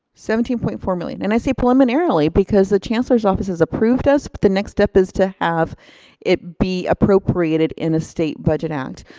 seventeen point four million. and i say preliminarily, because the chancellor's office has approved us, the next step is to have it be appropriated in a state budget act.